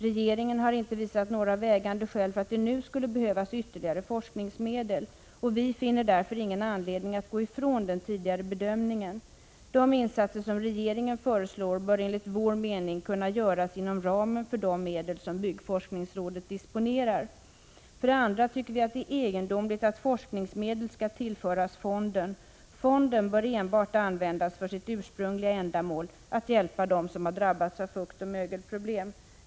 Regeringen har inte visat några vägande skäl för att det nu skulle behövas ytterligare forskningsmedel. Vi finner därför ingen anledning att gå ifrån den tidigare bedömningen. De insatser som regeringen föreslår bör enligt vår mening kunna göras inom ramen för de medel som byggforskningsrådet disponerar. För det andra tycker vi att det är egendomligt att forskningsmedel skall tillföras fonden. Fonden bör enbart användas för sitt ursprungliga ändamål — att hjälpa dem som har drabbats av fuktoch mögelproblem.